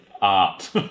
art